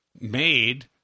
Made